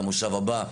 למושב הבא,